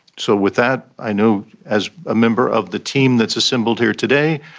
so with that, i know as a member of the team that's assembled here today,